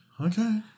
Okay